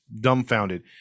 dumbfounded